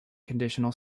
conditional